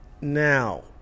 now